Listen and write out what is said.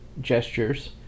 gestures